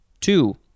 Two